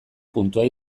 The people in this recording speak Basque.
puntua